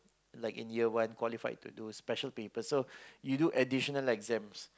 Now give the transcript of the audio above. like in year one qualified to do special papers so you do additional exams